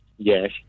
Yes